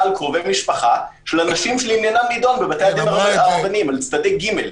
על קרובי משפחה של אנשים שעניינם נדון בבתי-הדין הרבניים על צדדי ג'.